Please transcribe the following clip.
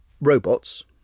robots